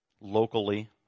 locally